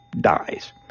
dies